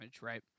right